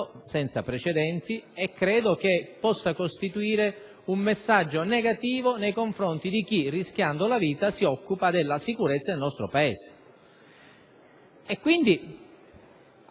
senza precedenti e credo possa costituire un messaggio negativo nei confronti di chi, rischiando la vita, si occupa della sicurezza del nostro Paese.